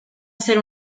hacer